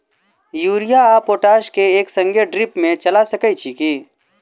Urea आ potash केँ एक संगे ड्रिप मे चला सकैत छी की?